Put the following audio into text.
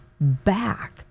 back